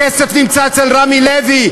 הכסף נמצא אצל רמי לוי,